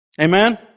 Amen